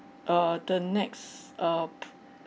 err the next uh